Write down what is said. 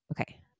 Okay